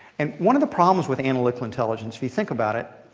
and one of the problems with analytical intelligence, if you think about it,